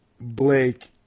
Blake